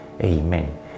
Amen